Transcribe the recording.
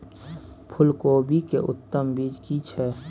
फूलकोबी के उत्तम बीज की छै?